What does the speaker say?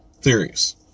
theories